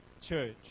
church